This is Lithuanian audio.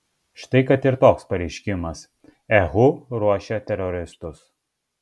štai kad ir toks pareiškimas ehu ruošia teroristus